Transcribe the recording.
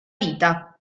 vita